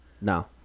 No